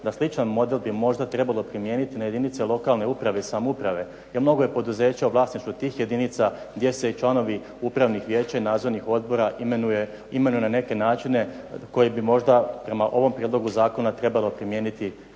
da sličan model bi možda trebalo primijeniti na jedinice lokalne uprave i samouprave jer mnogo je poduzeća u vlasništvu tih jedinica gdje se članovi upravnih vijeća i nadzornih odbora imenuju na neke načine koji bi možda prema ovom prijedlogu zakona trebalo primijeniti